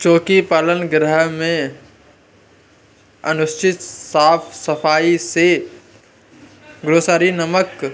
चोकी पालन गृह में अनुचित साफ सफाई से ग्रॉसरी नामक